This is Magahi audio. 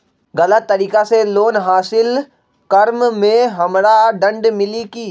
गलत तरीका से लोन हासिल कर्म मे हमरा दंड मिली कि?